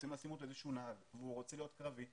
רוצים לשים אותו נהג והוא רוצה להיות קרבי.